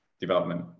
development